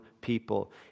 People